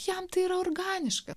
jam tai yra organiška